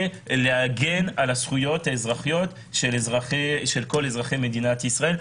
להגן על הזכויות האזרחיות של כל אזרחי מדינת ישראל.